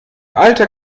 alter